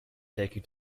taken